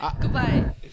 Goodbye